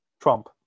Trump